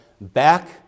back